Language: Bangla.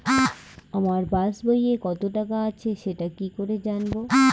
আমার পাসবইয়ে কত টাকা আছে সেটা কি করে জানবো?